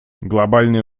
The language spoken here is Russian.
глобальные